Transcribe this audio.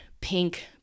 pink